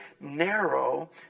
narrow